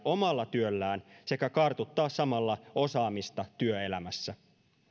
omalla työllään sekä kartuttaa samalla osaamista työelämässä